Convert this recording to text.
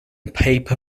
paper